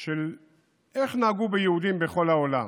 של איך נהגו ביהודים בכל העולם.